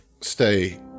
stay